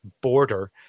border